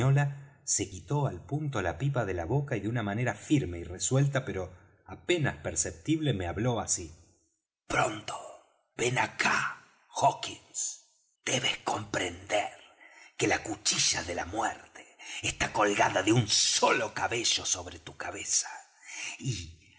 se quitó al punto la pipa de la boca y de una manera firme y resuelta pero apenas perceptible me habló así pronto ven acá hawkins debes comprender que la cuchilla de la muerte está colgada de un solo cabello sobre tu cabeza y